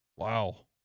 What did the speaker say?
Wow